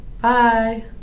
Bye